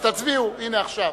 תצביעו, הנה, עכשיו.